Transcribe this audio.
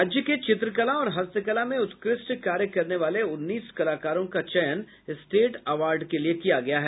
राज्य के चित्रकला और हस्तकला में उत्कृष्ट कार्य करने वाले उन्नीस कलाकारों का चयन स्टेट अवार्ड के लिए किया गया है